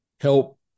help